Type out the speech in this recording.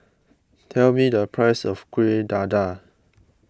tell me the price of Kuih Dadar